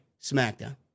smackdown